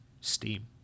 Steam